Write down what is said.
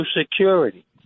Security